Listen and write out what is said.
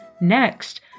Next